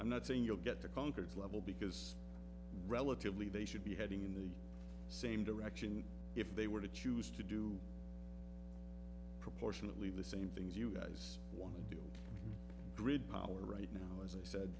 i'm not saying you'll get to concords level because relatively they should be heading in the same direction if they were to choose to do proportionately the same things you guys want to do grid power right now as i said